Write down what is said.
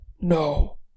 no